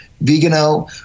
Vigano